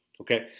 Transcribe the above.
okay